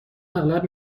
اغلب